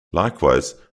likewise